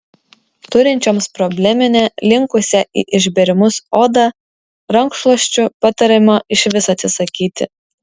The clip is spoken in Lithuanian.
turinčioms probleminę linkusią į išbėrimus odą rankšluosčių patariama išvis atsisakyti